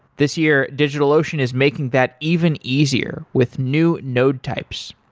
this year, digitalocean is making that even easier with new node types.